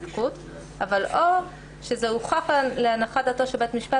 או שזה הוכח להנחת דעתו של בית משפט